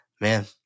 Man